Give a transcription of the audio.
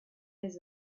les